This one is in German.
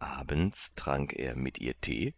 abends trank er mit ihr tee